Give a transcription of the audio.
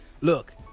Look